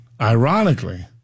Ironically